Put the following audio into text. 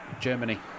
Germany